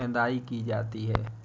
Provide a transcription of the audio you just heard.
निदाई की जाती है?